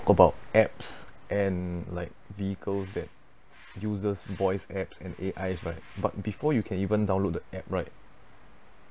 about apps and like vehicle that uses voice apps and A_Is right but before you can even download the app right